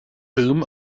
whom